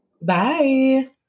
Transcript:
bye